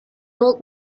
old